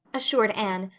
assured anne,